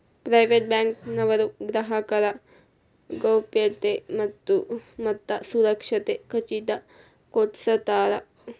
private bank ನವರು ಗ್ರಾಹಕರ ಗೌಪ್ಯತೆ ಮತ್ತ ಸುರಕ್ಷತೆ ಖಚಿತ ಕೊಡ್ಸತಾರ